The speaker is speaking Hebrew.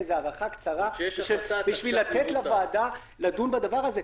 זה איזו הארכה קצרה בשביל לתת לוועדה לדון בדבר הזה.